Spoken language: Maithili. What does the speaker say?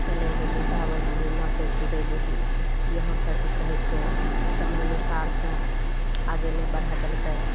खेले लेली गाबि लेली नाचे कूदे लेली यहाँ तक कि कहय छै समय अनुसार से आगे नहि बढ़य देलकय